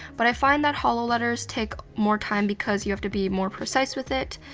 but i find that hollow letters take more time, because you have to be more precise with it.